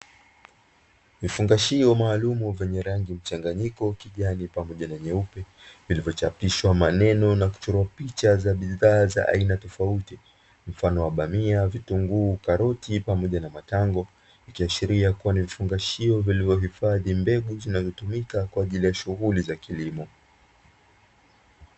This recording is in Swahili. Vifungashio maalumu vyenye rangi mchanganyiko kijani pamoja na nyeupe vilivyochapishwa maneno na kuchorwa picha ya bidhaa za aina tofauti mfano bamia, vitungu karoti pamoja na matango, ikiashiria kuwa ni vifungashio vilivyo hifadhi mbegu zinazotumika kwa ajili ya shughuli za kilimo.